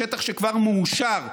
בשטח שכבר מאושר,